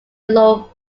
low